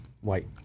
White